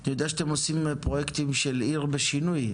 אתה יודע שאתם עושים פרויקטים של עיר בשינוי?